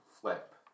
flip